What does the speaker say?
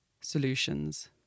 solutions